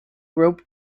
rope